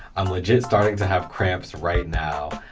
i'm legit starting to have cramps right now.